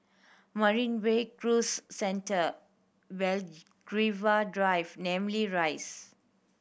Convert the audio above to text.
Marina Bay Cruise Centre Belgravia Drive Namly Rise